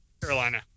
Carolina